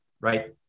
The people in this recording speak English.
Right